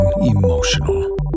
emotional